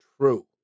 true